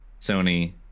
Sony